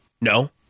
No